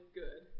good